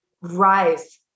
rise